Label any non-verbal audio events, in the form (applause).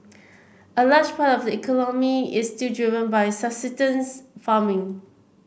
a large part of the economy is still driven by (unintelligible) farming